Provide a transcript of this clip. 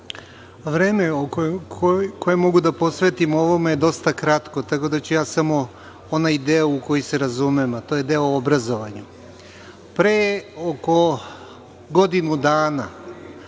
vreme koje mogu da posvetim ovome je dosta kratko, tako da ću ja samo onaj deo u koji se razumem, a to je deo obrazovanja. Pre oko godinu dana